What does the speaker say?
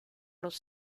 los